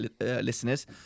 listeners